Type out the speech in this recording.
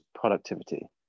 productivity